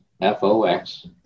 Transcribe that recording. F-O-X